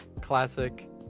Classic